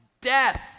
death